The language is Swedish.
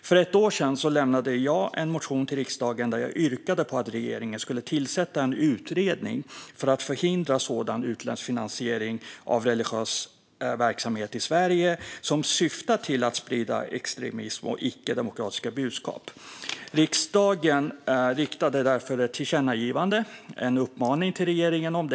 För ett år sedan lämnade jag in en motion till riksdagen där jag hade ett yrkande om att regeringen skulle tillsätta en utredning för att förhindra sådan utländsk finansiering av religiös verksamhet i Sverige som syftar till att sprida extremism och icke-demokratiska budskap. Riksdagen riktade därför ett tillkännagivande, en uppmaning, till regeringen.